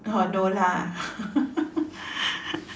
oh no lah